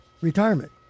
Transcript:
retirement